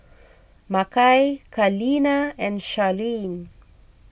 Makai Kaleena and Sharlene